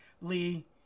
Lee